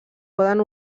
poden